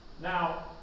Now